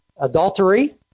adultery